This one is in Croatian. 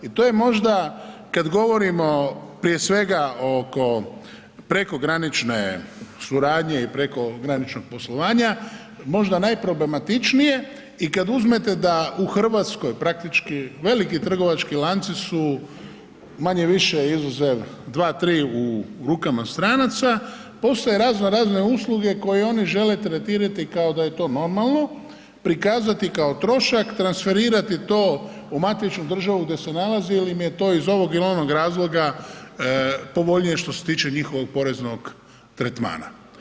I to je možda kad govorimo prije svega oko prekogranične suradnje i prekograničnog poslovanja možda najproblematičnije i kad uzmete da u Hrvatskoj praktički veliki trgovački lanci su manje-više izuzev dva tri u rukama stranaca, postoje razno razne usluge koje oni žele tretirati kao da je to normalno, prikazati kao trošak, transferirati to u matičnu državu gdje se nalazi ili im je to iz ovog ili onog razloga povoljnije što se tiče njihovog poreznog tretmana.